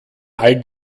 all